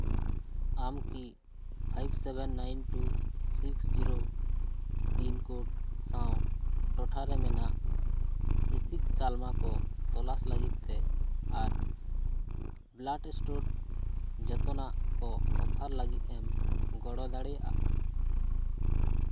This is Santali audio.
ᱟᱢ ᱠᱤ five seven nine two six zero pin code ᱥᱟᱶ ᱴᱚᱴᱷᱟᱨᱮ ᱢᱮᱱᱟᱜ ᱵᱮᱥᱤᱠ ᱛᱟᱞᱢᱟ ᱠᱚ ᱛᱚᱞᱟᱥ ᱞᱟᱹᱜᱤᱫ ᱛᱮ ᱟᱨ ᱵᱞᱟᱰ ᱮᱥᱴᱳᱨ ᱡᱚᱛᱱᱟᱜ ᱠᱚ ᱚᱯᱷᱟᱨ ᱞᱟᱹᱜᱤᱫ ᱮᱢ ᱜᱚᱲᱚ ᱫᱟᱲᱮᱭᱟᱜᱼᱟ